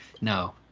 No